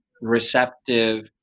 receptive